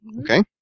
Okay